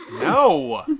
No